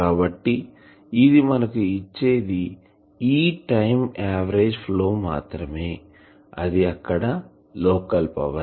కాబట్టి ఇది మనకి ఇచ్చేది E టైంఆవరేజ్ పవర్ ఫ్లో మాత్రమే అది ఇక్కడ లోకల్ పవర్